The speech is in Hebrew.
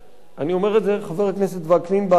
אני אומר את זה, חבר הכנסת וקנין, באחריות,